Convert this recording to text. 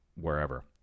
wherever